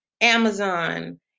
Amazon